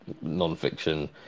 non-fiction